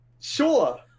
sure